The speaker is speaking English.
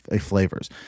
flavors